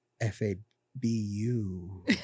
F-A-B-U